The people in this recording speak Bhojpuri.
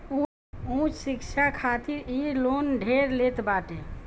उच्च शिक्षा खातिर इ लोन ढेर लेत बाटे